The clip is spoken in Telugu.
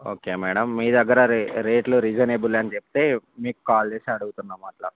ఓకే మేడం మీ దగ్గర రే రేట్లు రీజనెబుల్ అని చెప్పి మీకు కాల్ చేసి అడుగుతున్నాం అట్లా